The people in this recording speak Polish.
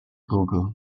google